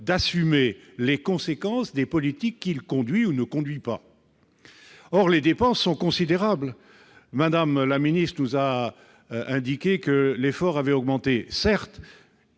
d'assumer les conséquences des politiques qu'il conduit ou ne conduit pas. Or les dépenses en question sont considérables. Mme la ministre nous assure que l'effort a augmenté : certes